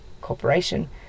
corporation